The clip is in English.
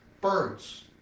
birds